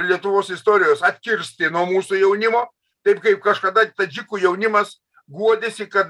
lietuvos istorijos atkirsti nuo mūsų jaunimo taip kaip kažkada tadžikų jaunimas guodėsi kad